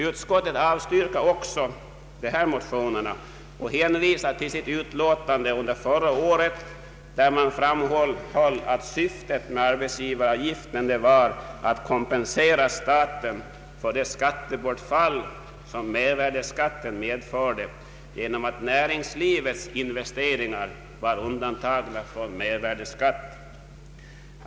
Utskottet avstyrker också dessa motioner och hänvisar till sitt betänkande förra året, där man framhöll att syftet med arbetsgivaravgiften var att kompensera staten för det skattebortfall som mervärdeskatten medförde genom att näringslivets investeringar var undantagna från mervärdeskatt.